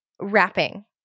Wrapping